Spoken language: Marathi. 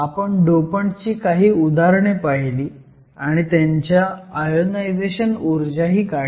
आपण डोपंटची काही उदाहरणे पाहिली आणि त्यांच्या आयोनायझेशन ऊर्जा काढल्या